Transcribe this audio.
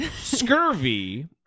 Scurvy